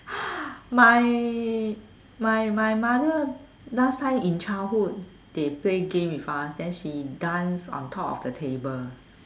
my my my mother last time in childhood they play game with us then she dance on top of the table